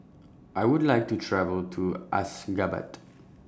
I Would like to travel to Ashgabat